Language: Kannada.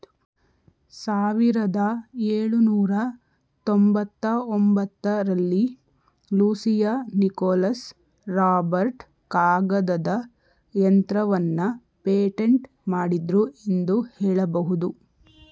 ಸಾವಿರದ ಎಳುನೂರ ತೊಂಬತ್ತಒಂಬತ್ತ ರಲ್ಲಿ ಲೂಸಿಯಾ ನಿಕೋಲಸ್ ರಾಬರ್ಟ್ ಕಾಗದದ ಯಂತ್ರವನ್ನ ಪೇಟೆಂಟ್ ಮಾಡಿದ್ರು ಎಂದು ಹೇಳಬಹುದು